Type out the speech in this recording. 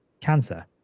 cancer